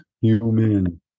Human